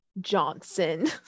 Johnson